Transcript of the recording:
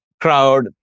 crowd